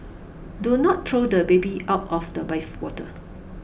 do not throw the baby out of the bathwater